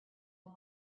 boy